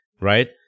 right